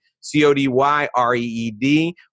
C-O-D-Y-R-E-E-D